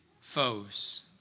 foes